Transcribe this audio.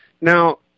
Now